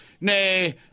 Nay